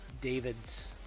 david's